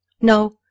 No